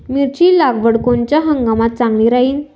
मिरची लागवड कोनच्या हंगामात चांगली राहीन?